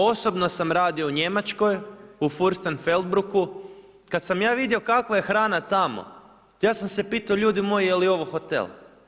Osobno sam radio u Njemačkoj u Furstenfeldrucku, kada sam ja vidio kakva je hrana tamo ja sam se pitao ljudi moji je li ovo hotel.